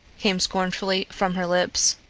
came scornfully from her lips.